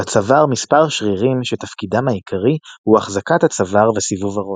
בצוואר מספר שרירים שתפקידם העיקרי הוא החזקת הצוואר וסיבוב הראש.